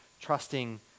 trusting